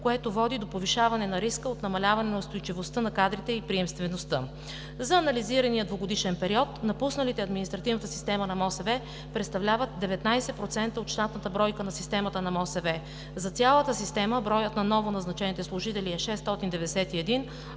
което води до повишаване на риска от намаляване на устойчивостта на кадрите и приемствеността. За анализирания двугодишен период напусналите административната система на МОСВ представляват 19% от щатната бройка на системата на Министерството на околната среда и водите. За цялата система броят на новоназначените служители е 691,